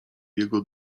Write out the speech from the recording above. jego